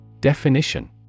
Definition